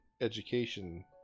education